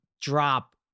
drop